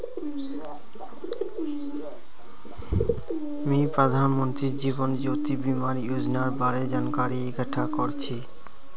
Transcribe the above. मी प्रधानमंत्री जीवन ज्योति बीमार योजनार बारे जानकारी इकट्ठा कर छी